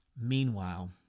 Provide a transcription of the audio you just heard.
Meanwhile